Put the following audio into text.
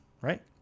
right